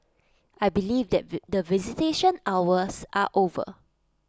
I believe that the visitation hours are over